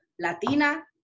Latina